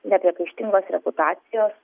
nepriekaištingos reputacijos